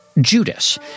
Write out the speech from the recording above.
Judas